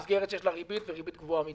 זו מסגרת שיש לה ריבית גבוהה מדי.